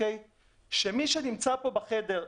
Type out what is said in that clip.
שמי שנמצא פה בחדר,